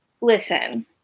listen